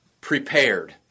prepared